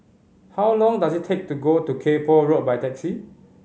how long does it take to go to Kay Poh Road by taxi